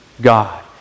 God